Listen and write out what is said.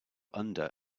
under